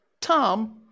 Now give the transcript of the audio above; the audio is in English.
Tom